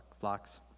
flocks